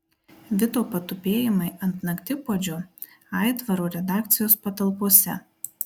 vito patupėjimai ant naktipuodžio aitvaro redakcijos patalpose